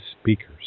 speakers